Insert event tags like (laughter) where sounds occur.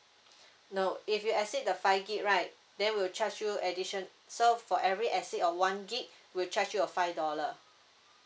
(breath) no if you exceed the five gb right then we'll charge you addition so for every exceed of one gb (breath) we'll charge you a five dollar